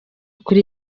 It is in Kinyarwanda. kuri